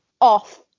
off